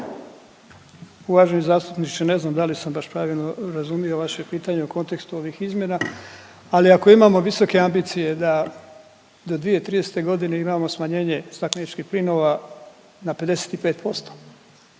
Uvaženi zastupniče ne znam da li sam baš pravilo razumio vaše pitanje u kontekstu ovih izmjena, ali ako imamo visoke ambicije da do 2030. godine imamo smanjenje stakleničkih plinova na 55%